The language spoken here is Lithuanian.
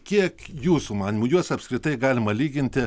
kiek jūsų manymu juos apskritai galima lyginti